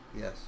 Yes